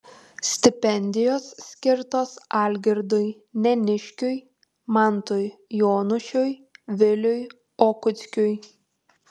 stipendijos skirtos algirdui neniškiui mantui jonušiui viliui okockiui